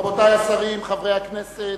רבותי השרים, חברי הכנסת,